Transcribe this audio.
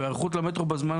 וההיערכות למטרו בזמן,